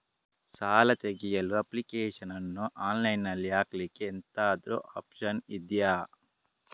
ಸಾಲ ತೆಗಿಯಲು ಅಪ್ಲಿಕೇಶನ್ ಅನ್ನು ಆನ್ಲೈನ್ ಅಲ್ಲಿ ಹಾಕ್ಲಿಕ್ಕೆ ಎಂತಾದ್ರೂ ಒಪ್ಶನ್ ಇದ್ಯಾ?